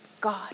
God